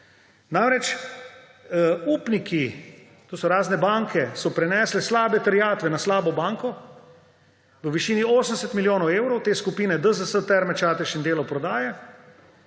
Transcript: Namreč, upniki, to so razne banke, so prenesli slabe terjatve na slabo banko v višini 80 milijonov evrov, te skupine DZS, Terme Čatež in Delo prodaja.